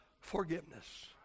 forgiveness